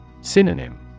Synonym